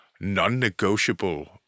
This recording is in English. non-negotiable